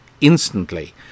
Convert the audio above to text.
instantly